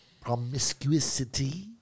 Promiscuity